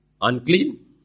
unclean